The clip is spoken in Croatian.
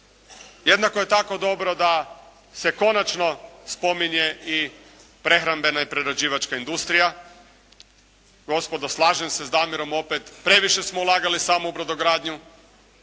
Jednako je tako dobro da se konačno spominje i prehrambena i prerađivačka industrija. Gospodo slažem se s Damirom opet. Previše smo ulagali samo u brodogradnju.